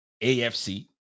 AFC